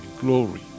glory